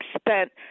spent